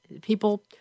people